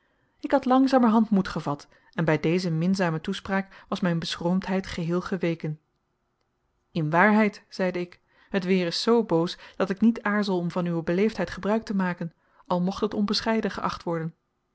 ik had langzamerhand moed gevat en bij deze minzame toespraak was mijn beschroomdheid geheel geweken in waarheid zeide ik het weer is zoo boos dat ik niet aarzel om van uwe beleefdheid gebruik te maken al mocht het onbescheiden geacht worden